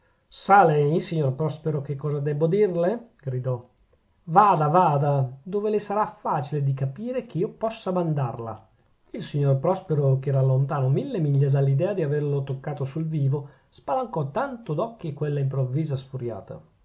sa lei signor prospero che cosa debbo dirle gridò vada vada dove le sarà facile di capire che io possa mandarla il signor prospero che era lontano mille miglia dall'idea di averlo toccato sul vivo spalancò tanto d'occhi a quella improvvisa sfuriata